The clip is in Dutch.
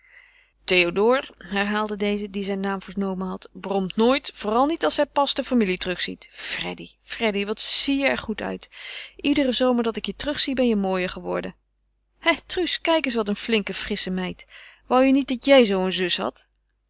théodore herhaalde deze die zijn naam vernomen had bromt nooit vooral niet als hij pas de familie terugziet freddy wat zie je er goed uit iederen zomer dat ik je terugzie ben je mooier geworden hè truus kijk eens wat een flinke frissche meid wou je niet dat jij zoo een zus hadt